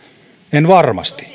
en varmasti